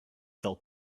sell